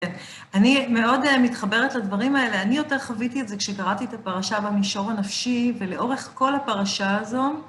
אני מאוד מתחברת לדברים האלה, אני יותר חוויתי את זה כשקראתי את הפרשה במישור הנפשי, ולאורך כל הפרשה הזו...